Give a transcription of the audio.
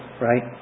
right